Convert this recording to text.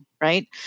Right